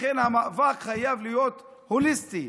לכן המאבק חייב להיות הוליסטי.